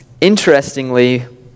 interestingly